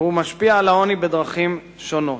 והוא משפיע על העוני בדרכים שונות.